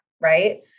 right